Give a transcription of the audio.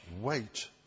wait